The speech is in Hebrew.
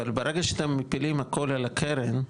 אבל ברגע שאתם מפילים הכול על הקרן,